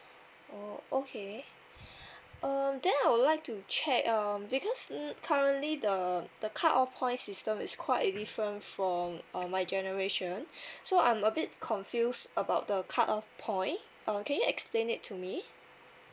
oh okay um then I would like to check um because mm currently the the cut off point system is quite different from uh my generation so I'm a bit confused about the cut off point uh can you explain it to me